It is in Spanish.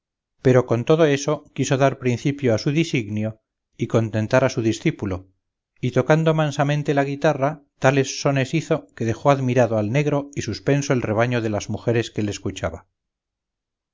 pero con todo eso quiso dar principio a su disignio y contentar a su discípulo y tocando mansamente la guitarra tales sones hizo que dejó admirado al negro y suspenso el rebaño de las mujeres que le escuchaba